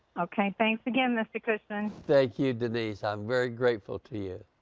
okay, thanks again mr. christmas. thank you denise, i'm very grateful to you.